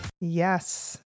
Yes